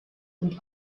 und